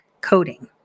coding